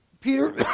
Peter